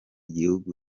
gihugu